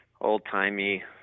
old-timey